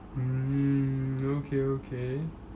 mm okay okay